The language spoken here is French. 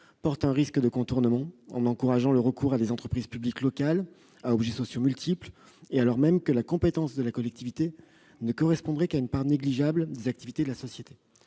de la réglementation, en encourageant le recours à des entreprises publiques locales à objets sociaux multiples, alors même que la compétence de la collectivité ne correspondrait qu'à une part négligeable des activités de la société.